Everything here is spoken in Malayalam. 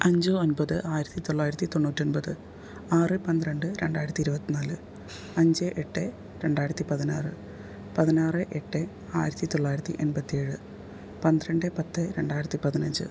അഞ്ച് ഒൻപത് ആയിരത്തി തൊള്ളായിരത്തി തൊണ്ണൂറ്റൊൻപത് ആറ് പന്ത്രണ്ട് രണ്ടായിരത്തി ഇരുവത്തി നാല് അഞ്ച് എട്ട് രണ്ടായിരത്തി പതിനാറ് പതിനാറ് എട്ട് ആയിരത്തി തൊള്ളായിരത്തി എൺപത്തിയേഴ് പന്ത്രണ്ട് പത്ത് രണ്ടായിരത്തി പതിനഞ്ച്